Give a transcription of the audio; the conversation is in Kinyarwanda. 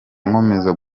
nkomeza